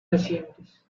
recientes